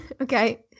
Okay